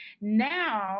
Now